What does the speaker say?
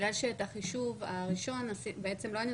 בגלל שאת החישוב הראשון בעצם לא היינו